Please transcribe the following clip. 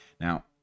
Now